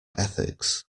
ethics